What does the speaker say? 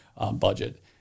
Budget